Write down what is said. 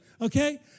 Okay